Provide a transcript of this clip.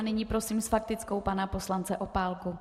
Nyní prosím s faktickou pana poslance Opálku.